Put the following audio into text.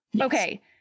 okay